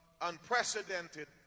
unprecedented